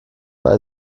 bei